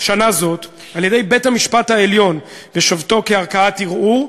שנה זו על-ידי בית-המשפט העליון בשבתו כערכאת ערעור.